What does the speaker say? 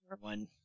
one